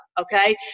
Okay